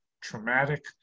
traumatic